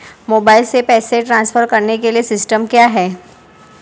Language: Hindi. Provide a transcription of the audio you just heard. मोबाइल से पैसे ट्रांसफर करने के लिए सिस्टम क्या है?